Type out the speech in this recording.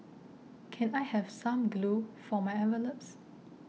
can I have some glue for my envelopes